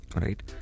Right